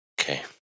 Okay